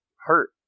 hurt